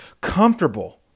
comfortable